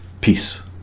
Peace